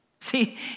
See